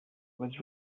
was